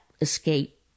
escape